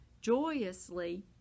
joyously